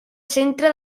centre